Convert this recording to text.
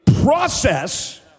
process